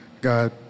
God